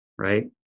Right